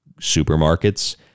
supermarkets